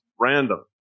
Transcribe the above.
random